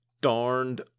darned